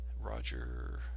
Roger